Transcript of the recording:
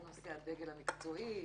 הוא נושא הדגל המקצועי,